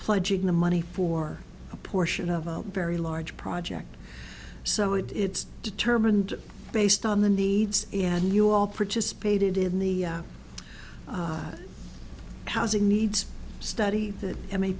pledging the money for a portion of a very large project so it's determined based on the needs and you all participated in the housing needs study that m